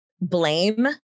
blame